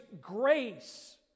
grace